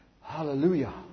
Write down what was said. Hallelujah